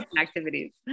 activities